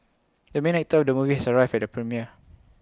the main actor of the movie has arrived at the premiere